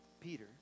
Peter